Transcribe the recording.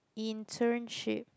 internship